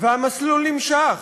והמסלול נמשך,